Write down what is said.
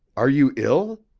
are you ill?